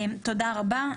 תודה רבה.